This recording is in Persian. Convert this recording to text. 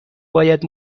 باید